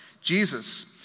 Jesus